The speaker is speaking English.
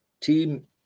team